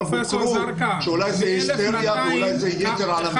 אמרו שאולי זאת היסטריה ואולי זה יתר על המידה.